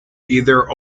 either